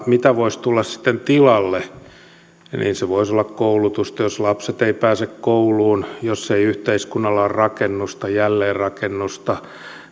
mitä voisi tulla sitten tilalle se voisi olla koulutusta jos lapset eivät pääse kouluun jos ei yhteiskunnalla ole rakennusta jälleenrakennusta